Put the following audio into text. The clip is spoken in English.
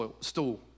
stool